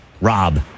Rob